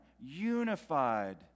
unified